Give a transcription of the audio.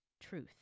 truth